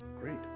Great